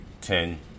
ten